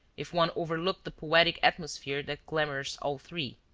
if one overlook the poetic atmosphere that glamours all three.